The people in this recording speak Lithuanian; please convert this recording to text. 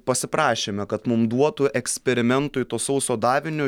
pasiprašėme kad mum duotų eksperimentui to sauso davinio